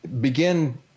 begin